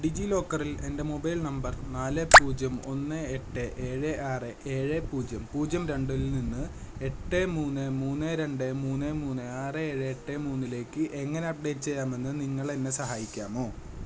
ഡിജി ലോക്കറിൽ എൻ്റെ mobile number നാല് പൂജ്യം ഒന്ന് എട്ട് ഏഴ് ആറ് ഏഴ് പൂജ്യം പൂജ്യം രണ്ടിൽ നിന്ന് എട്ട് മൂന്ന് മൂന്ന് രണ്ട് മൂന്ന് മൂന്ന് ആറ് ഏഴ് എട്ട് മുന്നിലേക്ക് എങ്ങനെ അപ്ഡേറ്റ് ചെയ്യാമെന്ന് നിങ്ങളെന്നെ സഹായിക്കാമോ